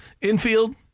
Infield